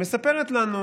היא מספרת לנו